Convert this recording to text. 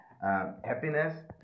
Happiness